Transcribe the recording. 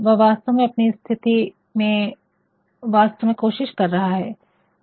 वह वास्तव में अपनी स्थिति में वास्तव में वह कोशिश कर रहा है